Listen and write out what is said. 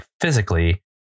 physically